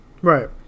Right